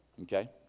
Okay